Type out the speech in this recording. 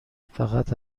فقط